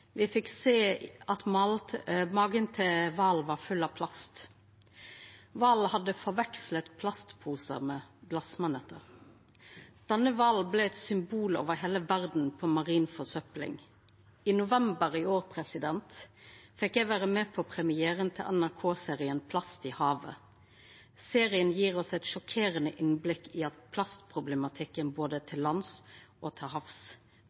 fekk sjå at magen til kvalen var full av plast. Kvalen hadde forveksla plastposar med glasmaneter. Denne kvalen blei over heile verda eit symbol på marin forsøpling. I november i år fekk eg vera med på premieren til NRK-serien «Plasthavet». Serien gjev oss eit sjokkerande innblikk i plastproblematikken både på land og til havs.